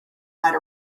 might